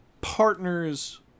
Partners